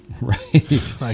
Right